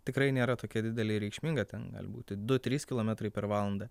tikrai nėra tokia didelė ir reikšminga ten gali būti du trys kilometrai per valandą